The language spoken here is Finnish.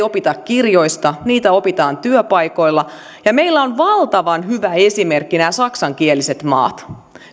opita kirjoista niitä opitaan työpaikoilla valtavan hyvä esimerkki on nämä saksankieliset maat